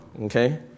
okay